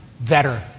better